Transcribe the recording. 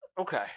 Okay